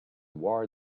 war